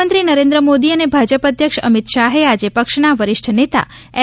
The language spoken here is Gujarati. પ્રધાનમંત્રી નરેન્દ્ર મોદી અને ભાજપા અધ્યક્ષ અમિત શાહે આજે પક્ષના વરિષ્ઠ નેતા એલ